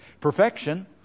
Perfection